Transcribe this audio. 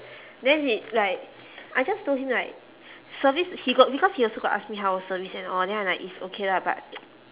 then he like I just told him like service he got because he also got ask me how service and all then I like it's okay lah but